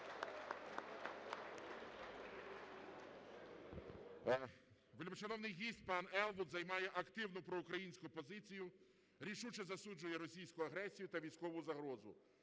Вельмишановний гість пан Елвуд займає активну проукраїнську позицію, рішуче засуджує російську агресію та військову загрозу,